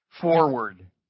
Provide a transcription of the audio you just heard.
forward